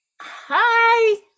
hi